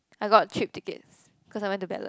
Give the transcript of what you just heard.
I got cheap tickets cause I went to ballot